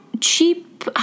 cheap